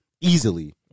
Easily